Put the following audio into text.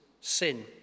sin